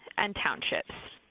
and townships.